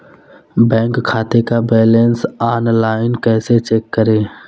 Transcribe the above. Bank खाते का balance online कैसे चेक करें?